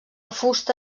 fusta